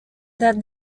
that